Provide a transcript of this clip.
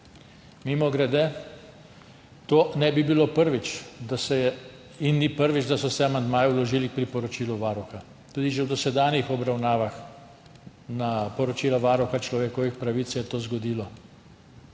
Mimogrede, to ne bi bilo prvič in ni prvič, da so se amandmaji vložili k priporočilu Varuha, tudi že v dosedanjih obravnavah poročila Varuha človekovih pravic se je to zgodilo.